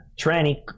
tranny